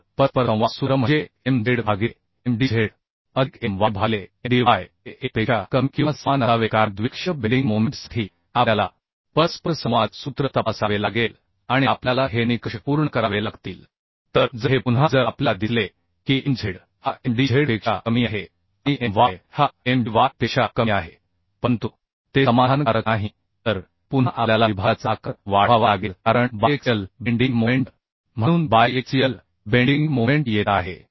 तर परस्परसंवाद सूत्र म्हणजे Mz भागिले Mdz अधिक My भागिले Mdy हे 1 पेक्षा कमी किंवा समान असावे कारण द्विअक्षीय बेंडिंग मोमेंट साठी आपल्याला तर जर हे पुन्हा जर आपल्याला दिसले की Mz हा Mdz पेक्षा कमी आहे आणि My हा Mdy पेक्षा कमी आहे परंतु ते समाधानकारक नाही तर पुन्हा आपल्याला विभागाचा आकार वाढवावा लागेल कारण बायएक्सियल बेंडिंग मोमेंट म्हणून बायएक्सियल बेंडिंग मोमेंट येत आहे